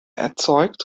erzeugt